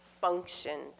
functioned